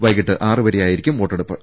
വൈകിട്ട് ആറ് വരെയായിരിക്കും വോട്ടെടുപ്പ്